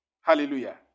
Hallelujah